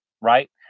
right